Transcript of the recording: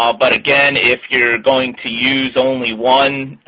um but again if you're going to use only one,